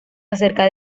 acerca